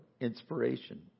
inspiration